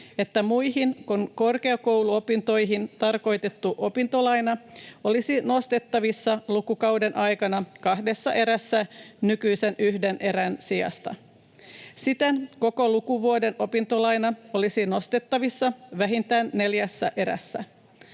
että muihin kuin korkeakouluopintoihin tarkoitettu opintolaina olisi nostettavissa lukukauden aikana kahdessa erässä nykyisen yhden erän sijasta. Siten koko lukuvuoden opintolaina olisi nostettavissa vähintään neljässä erässä.